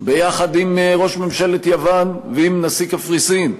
עם ראש ממשלת יוון ועם נשיא קפריסין.